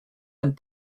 and